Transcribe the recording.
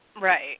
Right